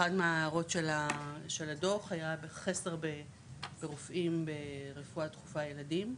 אחד מההערות של של הדוח היה בחסר רופאים ברפואה דחופה ילדים.